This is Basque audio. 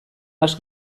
has